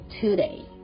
today